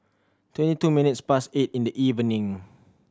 twenty two minutes past eight in the evening